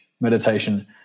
meditation